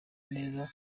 neza